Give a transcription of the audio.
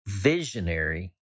visionary